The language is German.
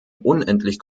unendlich